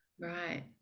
Right